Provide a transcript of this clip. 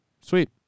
Sweet